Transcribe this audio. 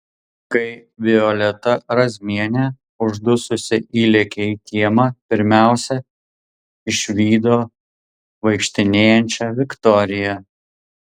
kai violeta razmienė uždususi įlėkė į kiemą pirmiausia išvydo vaikštinėjančią viktoriją